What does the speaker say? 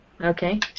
Okay